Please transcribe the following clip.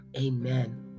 amen